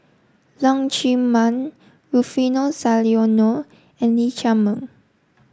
Leong Chee Mun Rufino Soliano and Lee Chiaw Meng